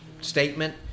statement